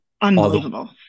unbelievable